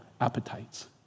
appetites